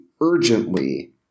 urgently